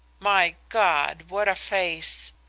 my god! what a face!